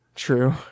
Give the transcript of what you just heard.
True